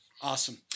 Awesome